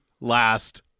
last